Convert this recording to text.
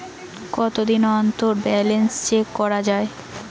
কতদিন অন্তর balance check করা য়ায়?